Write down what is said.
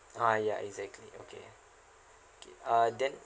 ah ya exactly okay okay uh then